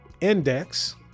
index